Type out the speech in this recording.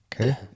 Okay